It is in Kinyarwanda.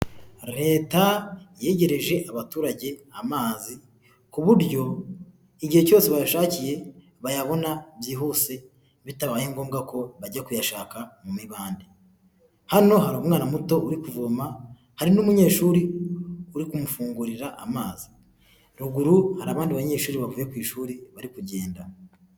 Leta yegereje abaturage amazi ku buryo igihe cyose bayashakiye bayabona byihuse bitabaye ngombwa ko bajya kuyashaka mu mibande hano hari umwana muto uri kuvoma hari n'umunyeshuri uri kumufungurira amazi ruguru hari abandi banyeshuri bavuye ku ishuri bari kugenda.